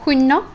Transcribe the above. শূণ্য়